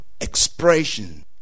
expression